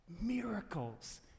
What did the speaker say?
miracles